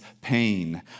pain